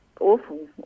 awful